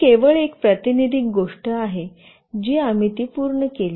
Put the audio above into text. ही केवळ एक प्रातिनिधिक गोष्ट आहे जी आम्ही ती पूर्ण केली